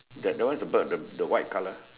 the that one is a bird the the white colour